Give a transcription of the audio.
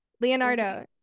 Leonardo